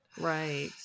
Right